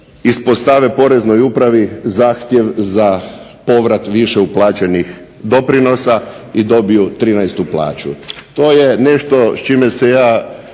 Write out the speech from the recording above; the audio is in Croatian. ispostave Poreznoj upravi zahtjev za povrat više uplaćenih doprinosa i dobiju 13 plaću. To je nešto s čime se ja